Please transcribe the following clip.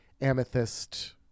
Amethyst